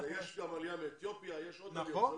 יש גם עלייה מאתיופיה ועוד עליות.